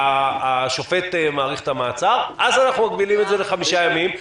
השופט מאריך את המעצר אז אנחנו מגבילים את זה לחמישה ימים.